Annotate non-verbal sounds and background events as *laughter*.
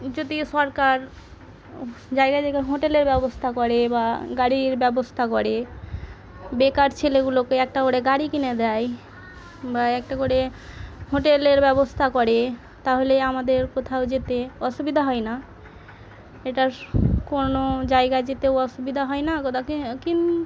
যদিও সরকার জায়গায় জায়গায় হোটেলের ব্যবস্থা করে বা গাড়ির ব্যবস্থা করে বেকার ছেলেগুলোকে একটা করে গাড়ি কিনে দেয় বা একটা করে হোটেলের ব্যবস্থা করে তাহলে আমাদের কোথাও যেতে অসুবিধা হয় না এটা কোনো জায়গায় যেতেও অসুবিধা হয় না কোথাকে *unintelligible*